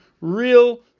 real